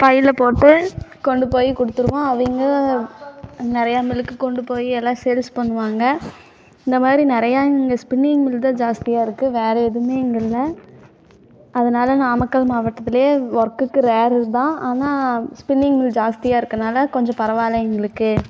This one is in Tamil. பையில் போட்டு கொண்டு போய் கொடுத்துருவோம் அவங்க நிறைய மில்லுக்கு கொண்டு போய் எல்லாம் சேல்ஸ் பண்ணுவாங்க இந்த மாதிரி நிறையா இங்கே ஸ்பின்னிங் மில் தான் ஜாஸ்தியாக இருக்குது வேறு எதுவுமே இங்கே இல்லை அதனால் நாமக்கல் மாவட்டத்திலேயே ஒர்க்குக்கு ரேர்ருதான் ஆனால் ஸ்பின்னிங் மில் ஜாஸ்தியாக இருக்கறனால கொஞ்சம் பரவாயில்ல எங்களுக்கு